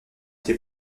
été